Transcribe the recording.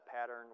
pattern